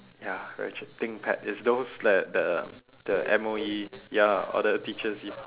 ya very cheap thinkpad is those that the the M_O_E ya lah all the teachers use